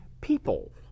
people